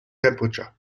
temperature